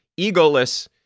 Egoless